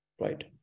Right